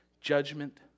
judgment